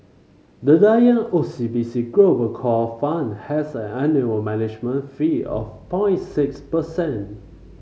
the Lion O C B C Global Core Fund has an annual management fee of point six percent